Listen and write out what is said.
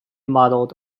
modelled